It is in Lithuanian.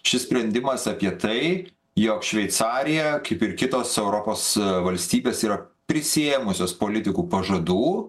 šis sprendimas apie tai jog šveicarija kaip ir kitos europos valstybės yra prisiėmusios politikų pažadų